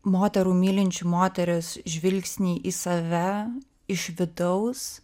moterų mylinčių moteris žvilgsnį į save iš vidaus